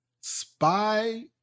spy